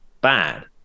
bad